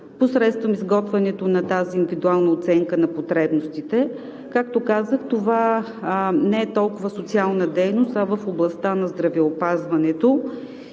посредством изготвянето на тази индивидуална оценка на потребностите. Както казах, това не е толкова социална дейност, а е в областта на здравеопазването